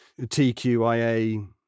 TQIA